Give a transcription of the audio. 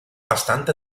bastant